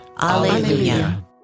Alleluia